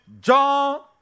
John